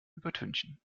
übertünchen